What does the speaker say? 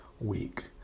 week